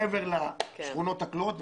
מעבר לשכונות הכלואות.